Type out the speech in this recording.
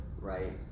right